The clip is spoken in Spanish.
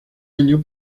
año